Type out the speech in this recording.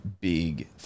big